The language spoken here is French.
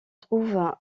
trouve